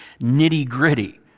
nitty-gritty